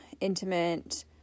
intimate